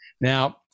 Now